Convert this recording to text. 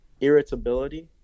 irritability